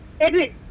Edwin